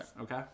Okay